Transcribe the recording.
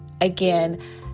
again